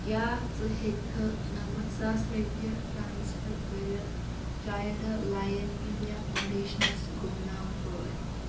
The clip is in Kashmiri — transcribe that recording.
کیٛاہ ژٕ ہٮ۪کِکھٕ نَمتھ ساس رۄپیہِ ٹرٛانٕسفر کٔرِتھ چایِلڈ لایِن اِنٛڈیا فاوُنٛڈیشنَس گُمنام پٲٹھۍ